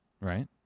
right